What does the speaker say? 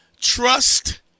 Trust